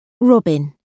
Robin